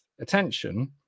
attention